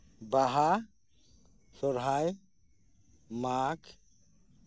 ᱵᱟᱦᱟ ᱥᱚᱨᱦᱟᱭ ᱢᱟᱜᱽ